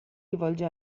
rivolge